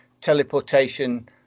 teleportation